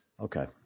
Okay